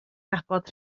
nabod